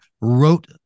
wrote